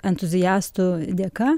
entuziastų dėka